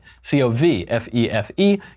C-O-V-F-E-F-E